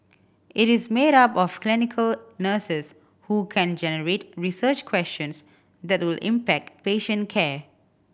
it is made up of clinical nurses who can generate research questions that will impact patient care